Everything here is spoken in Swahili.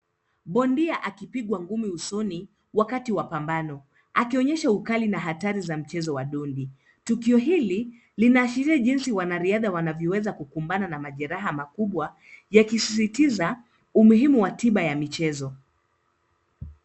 Bondia akipigwa ngumi usoni, wakati wa pambano akionyesha ukali na hatari za mchezo wa dondi. Tukio hili linaashiria jinsi wanariadha wanavyoweza kukumbana na majeraha makubwa, yakisisitiza umuhimu wa tiba ya michezo.